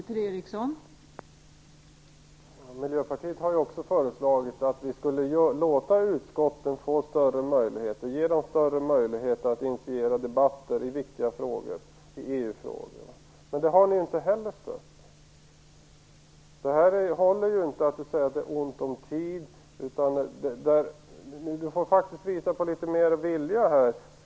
Fru talman! Miljöpartiet har ju också föreslagit att vi skulle ge utskotten större möjligheter att initiera debatter i viktiga frågor som EU-frågor. Men det har ni ju inte heller stött. Det håller inte att säga att det är ont om tid. Socialdemokraterna får faktiskt visa litet mer god vilja.